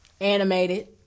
animated